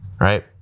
right